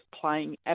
playing